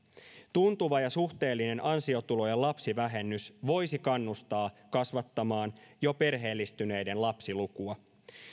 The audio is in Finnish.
tuntuva ja suhteellinen ansiotulo ja lapsivähennys voisi kannustaa kasvattamaan jo perheellistyneiden lapsilukua